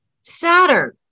Saturn